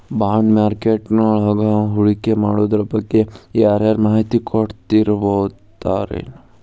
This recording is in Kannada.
ಬಾಂಡ್ಮಾರ್ಕೆಟಿಂಗ್ವಳಗ ಹೂಡ್ಕಿಮಾಡೊದ್ರಬಗ್ಗೆ ಯಾರರ ಮಾಹಿತಿ ಕೊಡೊರಿರ್ತಾರೆನು?